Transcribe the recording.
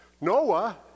Noah